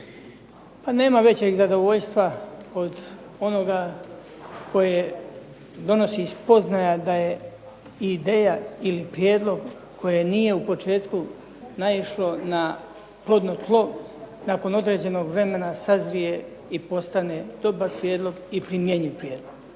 Pa nema većeg zadovoljstva od onoga koje donosi spoznaja da je ideja ili prijedlog koje nije u početku naišlo na plodno tlo, nakon određenog vremena sazrije i postane dobar prijedlog i primjenjiv prijedlog.